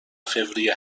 فوریه